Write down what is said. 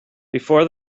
before